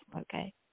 okay